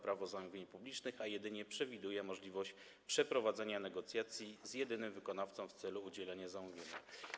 Prawo zamówień publicznych, a jedynie przewiduje możliwość przeprowadzenia negocjacji z jedynym wykonawcą w celu udzielenia zamówienia.